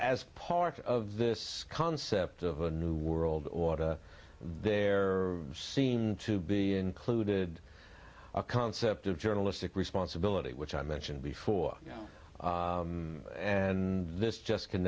as part of this concept of a new world order there seemed to be included a concept of journalistic responsibility which i mentioned before and this just c